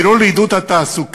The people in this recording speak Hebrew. ולא לעידוד התעסוקה,